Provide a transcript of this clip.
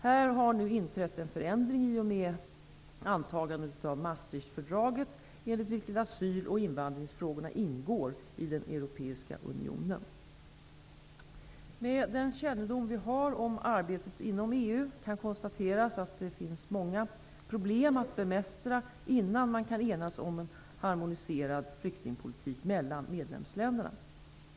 Här har inträtt en förändring i och med antagandet av Maastrichtfördraget, enligt vilket asyl och invandringsfrågorna ingår i den Europeiska unionen. Med den kännedom vi har om arbetet inom EU kan konstateras att det finns många problem att bemästra innan man kan enas om en harmoniserad flyktingpolitik mellan medlemsländerna.